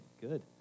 good